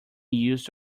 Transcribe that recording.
used